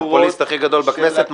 הפופוליסטי הכי גדול בכנסת,